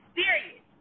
serious